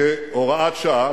בדרך כלל, כהוראת שעה.